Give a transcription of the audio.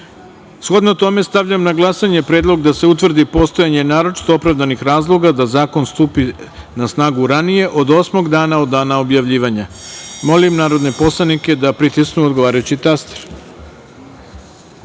tome, stavljam na glasanje predlog da se utvrdi postojanje naročito opravdanih razloga da zakon stupi na snagu ranije od osmog dana od dana objavljivanja. Molim narodne poslanike da pritisnu odgovarajući